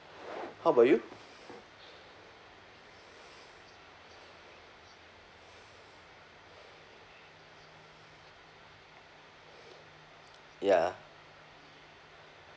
how about you ya